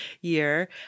year